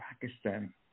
Pakistan